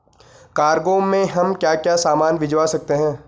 Cargo में हम क्या क्या सामान भिजवा सकते हैं?